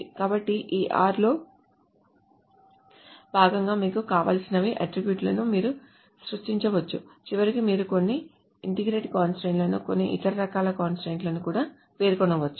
కాబట్టి ఈ r లో భాగంగా మీకు కావలసినన్ని అట్ట్రిబ్యూట్ లను మీరు సృష్టించవచ్చు చివరికి మీరు కొన్ని ఇంటెగ్రిటీ కంస్ట్రయిన్ట్స్ లను కొన్ని ఇతర రకాల కంస్ట్రయిన్ట్స్ లను కూడా పేర్కొనవచ్చు